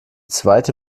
zweite